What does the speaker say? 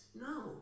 No